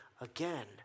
again